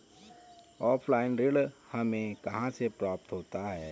Offline ऋण हमें कहां से प्राप्त होता है?